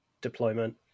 deployment